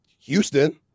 Houston